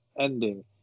ending